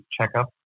checkup